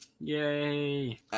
Yay